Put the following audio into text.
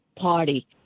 party